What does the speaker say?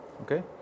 Okay